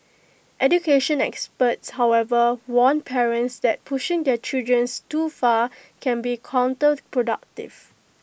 education experts however warn parents that pushing their children's too far can be counterproductive